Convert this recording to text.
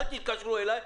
אל תתקשרו אליי,